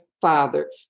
Father